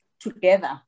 together